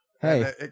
Hey